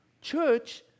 church